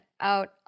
out